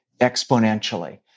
exponentially